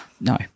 no